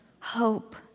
hope